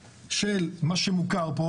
כפי שנהוג פה,